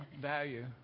value